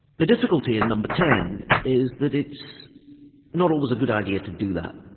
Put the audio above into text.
the difficulty in no. but ten is that it's not always a good idea to do that,